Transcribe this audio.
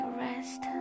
rest